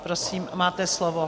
Prosím, máte slovo.